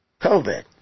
COVID